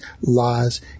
lies